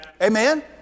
Amen